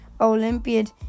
Olympiad